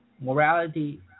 morality